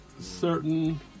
certain